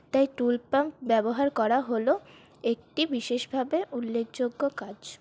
তাই tool pump ব্যবহার করা হল একটি বিশেষভাবে উল্লেখযোগ্য কাজ